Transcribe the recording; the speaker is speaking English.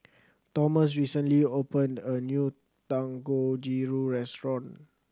Thomas recently opened a new Dangojiru restaurant